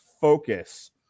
focus